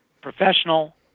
professional